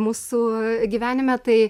mūsų gyvenime tai